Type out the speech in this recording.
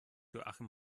joachim